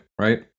right